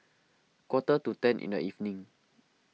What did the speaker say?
quarter to ten in the evening